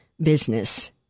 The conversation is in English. business